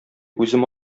үзем